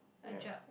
a jug